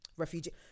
refugee